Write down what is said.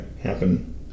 happen